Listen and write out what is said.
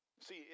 See